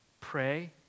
pray